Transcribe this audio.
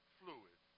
fluid